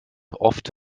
oft